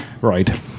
Right